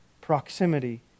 Proximity